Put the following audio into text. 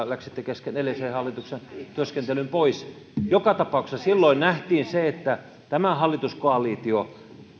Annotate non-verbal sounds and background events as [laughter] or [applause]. [unintelligible] läksitte kesken edellisen hallituksen työskentelyn pois joka tapauksessa silloin nähtiin se että tämä hallituskoalitio